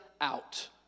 out